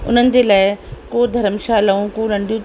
उन्हनि जे लाइ को धरमशालाऊं को नंढियूं